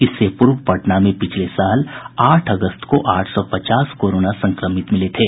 इससे पूर्व पटना में पिछले साल आठ अगस्त को आठ सौ पचास कोरोना संक्रमित मिले थे